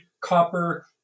copper